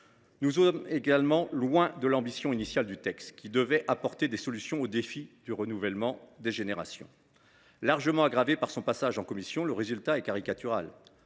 Nous sommes également loin de l’ambition initiale du texte, qui devait apporter des solutions au défi du renouvellement des générations. Largement aggravé par le travail en commission, le résultat est caricatural.